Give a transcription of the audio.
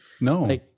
no